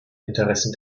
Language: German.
interessen